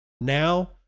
Now